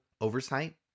oversight